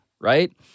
right